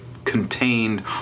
contained